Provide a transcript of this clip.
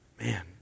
man